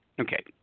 okay